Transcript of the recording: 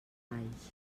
valls